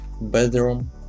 bedroom